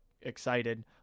excited